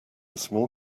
small